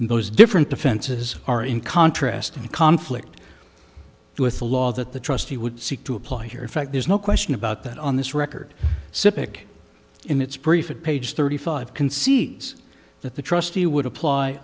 those different offenses are in contrast in conflict with the law that the trustee would seek to apply here in fact there's no question about that on this record sipek in its brief it page thirty five concedes that the trustee would apply